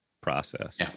process